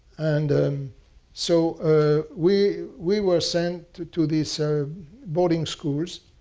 and um so ah we we were sent to to the so boarding schools.